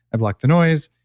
i blocked the noise.